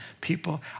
people